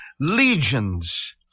legions